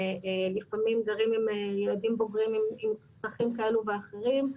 לפעמים גרים עם ילדים בוגרים עם צרכים כאלו ואחרים,